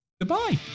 Goodbye